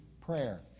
prayer